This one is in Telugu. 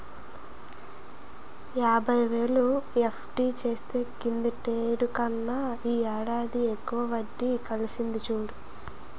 యాబైవేలు ఎఫ్.డి చేస్తే కిందటేడు కన్నా ఈ ఏడాది ఎక్కువ వడ్డి కలిసింది చూడు